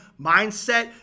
mindset